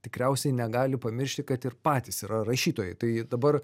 tikriausiai negali pamiršti kad ir patys yra rašytojai tai dabar